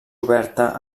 oberta